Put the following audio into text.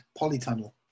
polytunnel